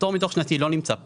הפטור מדוח שנתי לא נמצא פה,